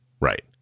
Right